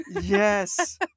Yes